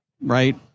right